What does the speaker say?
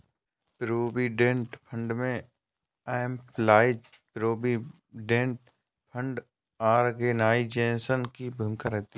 provident fund में employees provident fund organisation की भूमिका रहती है